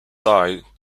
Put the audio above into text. side